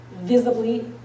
visibly